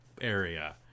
area